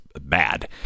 bad